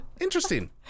interesting